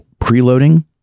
preloading